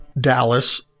Dallas